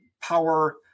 power